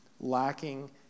lacking